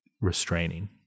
restraining